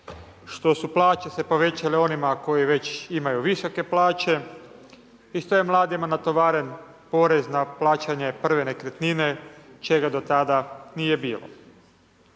što su plaće se povećale onima koji već imaju visoke plaće i što je mladima natovaren porez na plaćanje prve nekretnine, čega do tada nije bilo.